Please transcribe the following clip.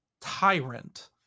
tyrant